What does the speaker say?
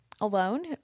alone